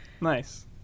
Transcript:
nice